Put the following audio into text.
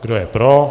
Kdo je pro?